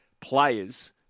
players